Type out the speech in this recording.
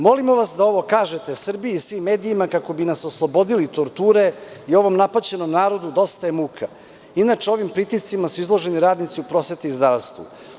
Molimo vas da ovo kažete Srbiji i svim medijima, kako bi nas oslobodili torture i ovom napaćenom narodu, dosta je muka.“ Inače, ovim pritiscima su izloženi radnici u prosveti i zdravstvu.